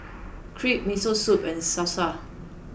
Crepe Miso Soup and Salsa